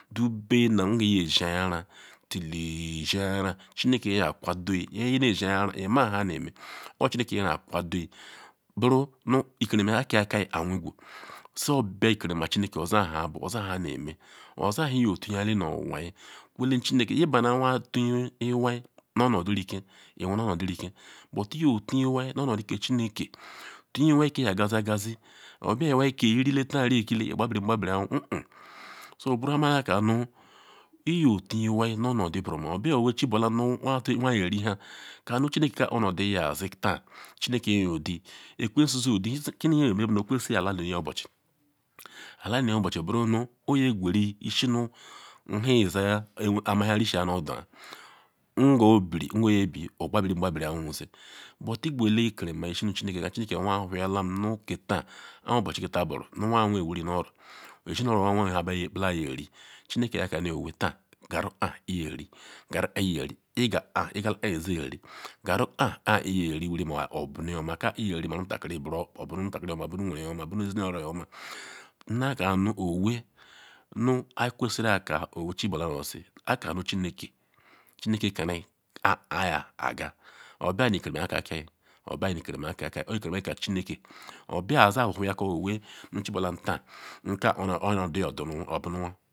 Dube ma nke iyeshianyara till ishenanyara chineke yakwadoyi ineshenanyara ima nha neme kpo chineke nakwadoyi buru nu ikerima ke akayi aweqwu so obegirima chineke owe nha ayabu owenha ayaneme oza nhe iyetuyale nu anwa kwele chineke, ibana anwa tuyi iwai nu onodu rike ewu nu onodirike but iyotun iwai nu onodi ke chineke tunya iwai ke yakasi akazi obia iwai ke ena taan riya ekile iqbabiringbabi owu <hu-henhen> so oburunha ma yakanu iyotu iwai nu onodi buruoma obia owee chibula nu anwa yeri nha kanu chineke ke kpo onodiyi nya ozi chineke yoyo odu ekwesu zor odu kiniyayeme bu ekwesu yalanuni obuchi yalayini obuchi burunu oye eqweri yisinu nhe iyamahia risia nu odua ngo ibire ngo oyebi ogbabiri ikerima yisi nu chineke chineke nu anwa nen wuri nu oro nu ezinu oro anwa wen mhe hayeri chineke yekani owee taan qaru kpa iyeri qaru kia iyeri iqake, iqala ke izi eri qaru han han yeri wuri ma obura ojioma ke iyeri ma oburu omutakiri oma oburu nweren nu owee nu ikwesiri aka owee nu chibula nu oshishi akani chineke chineke kani kake aya aga obula nu ikirima aka keyi obu nu ikerima aka ke chineke obia aza ohiako owee chibula taan nuka buko onodi yedinu anwa.